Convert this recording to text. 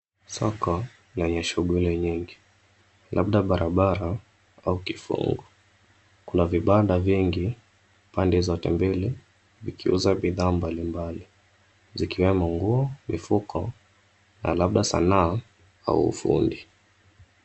Soko lenye shughuli nyingi, labda barabara au kifungu. Kuna vibanda vingi pande zote mbili vikiuza bidhaa mbali mbali zikiwemo: nguo, mifuko na labda sanaa au ufundi.